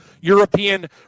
European